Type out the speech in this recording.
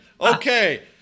Okay